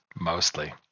mostly